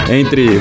entre